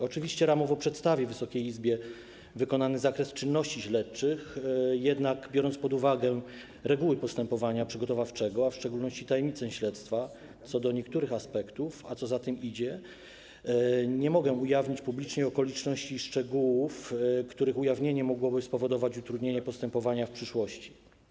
Oczywiście ramowo przedstawię Wysokiej Izbie wykonany zakres czynności śledczych, jednak biorąc pod uwagę reguły postępowania przygotowawczego, a w szczególności tajemnicę śledztwa, co do niektórych aspektów, co za tym idzie, nie mogę ujawnić publicznie okoliczności i szczegółów, których ujawnienie mogłoby spowodować utrudnienie postępowania w przyszłości.